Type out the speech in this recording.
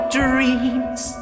dreams